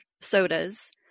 sodas